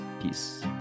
Peace